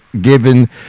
given